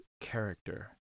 character